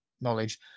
knowledge